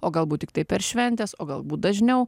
o galbūt tiktai per šventes o galbūt dažniau